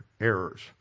errors